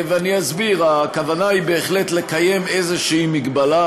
ואני אסביר: הכוונה היא בהחלט לקיים איזו מגבלה,